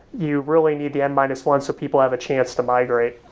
you really need the n minus one so people have a chance to migrate.